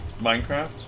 Minecraft